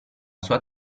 sua